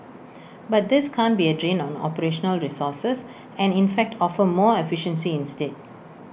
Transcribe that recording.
but this can't be A drain on operational resources and in fact offer more efficiency instead